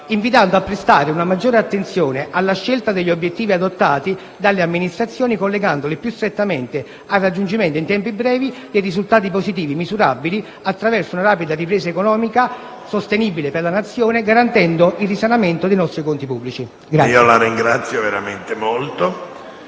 invitando a prestare una maggiore attenzione alla scelta degli obiettivi adottati dalle amministrazioni, collegandoli più strettamente al raggiungimento in tempi brevi dei risultati positivi, misurabili attraverso una rapida ripresa economica sostenibile per la Nazione, garantendo il risanamento dei nostri conti pubblici.